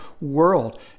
world